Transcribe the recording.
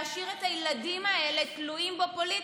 להשאיר את הילדים האלה תלויים בו פוליטית,